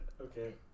Okay